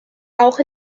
auch